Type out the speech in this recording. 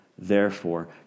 Therefore